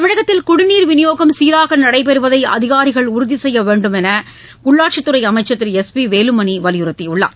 தமிழகத்தில் குடிநீர் விநியோகம் சீராக நடைபெறுவதை அதிகாரிகள் உறுதி செய்ய வேண்டும் என்று உள்ளாட்சித் துறை அமைச்சர் திரு எஸ் பி வேலுமணி வலியுறுத்தியுள்ளார்